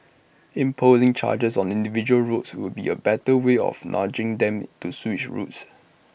imposing charges on individual roads would be A better way of nudging them to switch routes